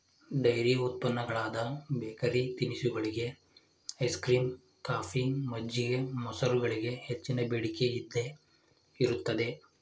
dairy ಉತ್ಪನ್ನಗಳಾದ bakery ತಿನಿಸುಗಳಿಗೆ, ice cream, coffee, ಮಜ್ಜಿಗೆ, ಮೊಸರುಗಳಿಗೆ ಹೆಚ್ಚಿನ ಬೇಡಿಕೆ ಇದ್ದೇ ಇರುತ್ತದೆ